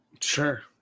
Sure